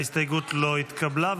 ההסתייגות לא התקבלה.